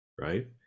right